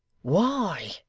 why,